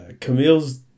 Camille's